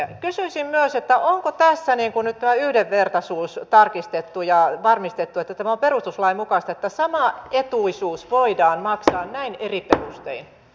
kysyisin myös onko tässä nyt tämä yhdenvertaisuus tarkistettu ja varmistettu että tämä on perustuslain mukaista että sama etuisuus voidaan maksaa näin eri perustein